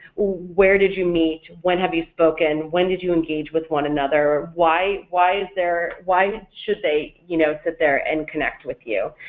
where did you meet, when have you spoken, when did you engage with one another, why why is there why should they you know sit there and connect with you?